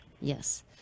Yes